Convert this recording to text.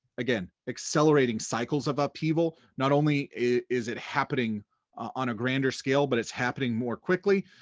again, accelerating cycles about people, not only is it happening on a grander scale, but it's happening more quickly.